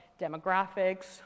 demographics